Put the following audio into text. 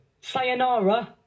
Sayonara